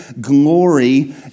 glory